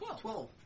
Twelve